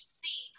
see